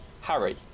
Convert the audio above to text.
Harry